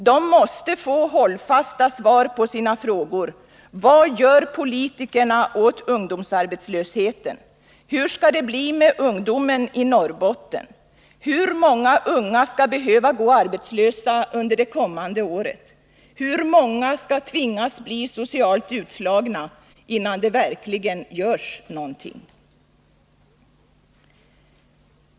De måste få hållfasta svar på sina frågor: Hur många unga skall behöva gå arbetslösa under det kommande året? Hur många skall tvingas bli socialt utslagna innan det verkligen görs någonting?